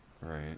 Right